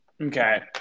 Okay